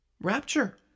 rapture